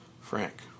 Frank